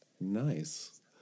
Nice